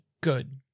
good